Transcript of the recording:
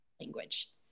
language